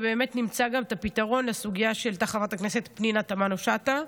ובאמת נמצא גם את הפתרון לסוגיה שהעלתה חברת הכנסת פנינה תמנו שטה.